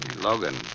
Logan